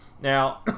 Now